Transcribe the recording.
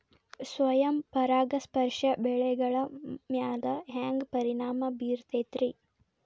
ಸ್ವಯಂ ಪರಾಗಸ್ಪರ್ಶ ಬೆಳೆಗಳ ಮ್ಯಾಲ ಹ್ಯಾಂಗ ಪರಿಣಾಮ ಬಿರ್ತೈತ್ರಿ?